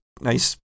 nice